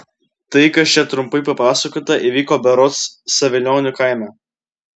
tai kas čia trumpai papasakota įvyko berods savilionių kaime